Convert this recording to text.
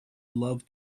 loved